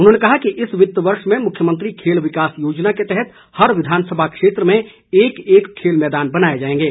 उन्होंने का कि इस वित्त वर्ष में मुख्यमंत्री खेल विकास योजना के तहत हर विधानसभा क्षेत्र में एक एक खेल मैदान बनाए जाएंगे